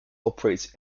operates